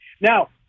Now